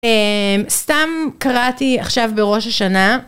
סתם קראתי עכשיו בראש השנה.